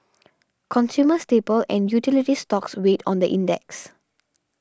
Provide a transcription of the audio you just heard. consumer staple and utility stocks weighed on the index